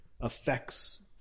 affects